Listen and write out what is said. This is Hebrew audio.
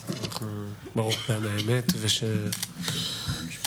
אסור לנו, לאף אחד בבית הזה ולאף אחד במדינה הזו,